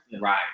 right